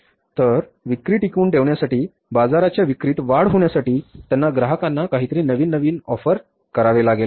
तर विक्री टिकवून ठेवण्यासाठी बाजाराच्या विक्रीत वाढ होण्यासाठी त्यांना ग्राहकाला काहीतरी नवीन नवीन ऑफर करावे लागेल